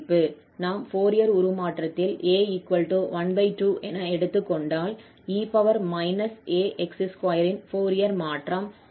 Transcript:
நாம் ஃபோரியர் உருமாற்றத்தில் a 12 என எடுத்துக்கொண்டால் e ax2 இன் ஃபோரியர் மாற்றம் 12ae ∝24a ஆகும்